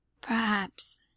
Perhaps